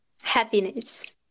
Happiness